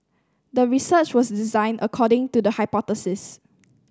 the research was designed according to the hypothesis